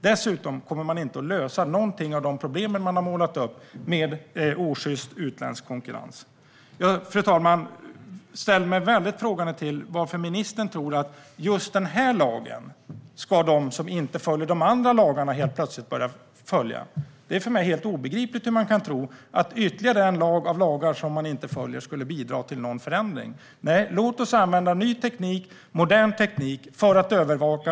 Dessutom kommer man inte att lösa några av de problem som man har målat upp med osjyst utländsk konkurrens. Fru talman! Jag ställer mig väldigt frågande till varför ministern tror att de som inte följer andra lagar helt plötsligt ska börja följa den här lagen. Det är för mig helt obegripligt hur man kan tro att ytterligare en lag som man inte följer skulle bidra till någon förändring. Nej, låt oss använda ny och modern teknik för övervakning.